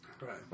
Right